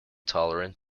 tolerant